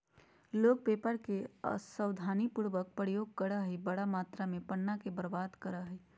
लोग पेपर के असावधानी पूर्वक प्रयोग करअ हई, बड़ा मात्रा में पन्ना के बर्बाद करअ हई